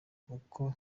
kuko